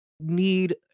need